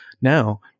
Now